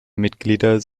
mitglieder